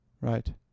Right